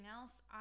else